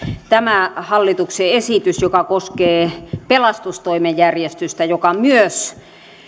tämä hallituksen esitys joka koskee pelastustoimen järjestystä joka